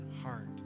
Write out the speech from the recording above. heart